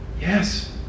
Yes